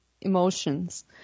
emotions